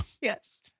Yes